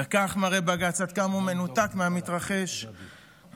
בכך מראה בג"ץ עד כמה הוא מנותק מהמתרחש בתקופתנו,